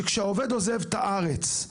שכשהעובד עוזב את הארץ.